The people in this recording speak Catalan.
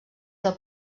del